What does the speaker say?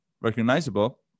recognizable